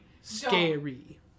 Scary